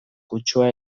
kutsua